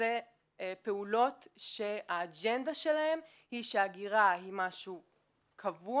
אלה פעולות שהאג'נדה שלהם היא שההגירה היא משהו קבוע,